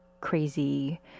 crazy